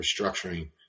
restructuring